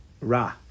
Ra